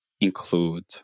include